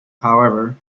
however